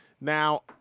Now